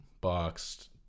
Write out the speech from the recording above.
boxed